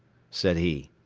said he.